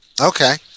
Okay